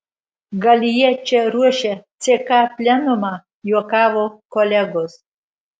gal jie čia ruošia ck plenumą juokavo kolegos